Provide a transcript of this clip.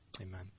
amen